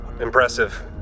impressive